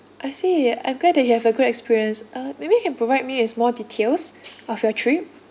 I see I'm glad that you have a good experience uh maybe you can provide me with more details of your trip